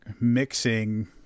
mixing